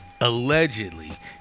allegedly